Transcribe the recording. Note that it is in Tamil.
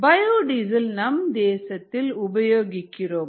பயோடீசல் நம் தேசத்தில் உபயோகிக்கிறோம்